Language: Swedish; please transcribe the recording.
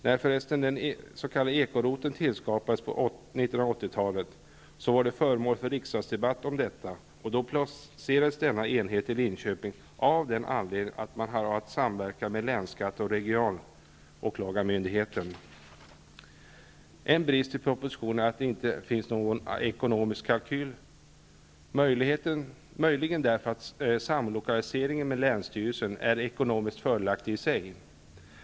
När den s.k. ekoroteln tillskapades på 1980-talet var det förresten föremål för riksdagsdebatt, och då placerades denna enhet i Linköping, av den anledningen att den har att samverka med länskatte och regionåklagarmyndigheten i En brist i propositionen är att inte någon ekonomisk kalkyl medtagits, möjligen därför att samlokaliseringen med länsstyrelsen är ekonomiskt fördelaktig i sig.